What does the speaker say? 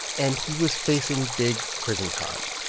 and he was facing big prison time.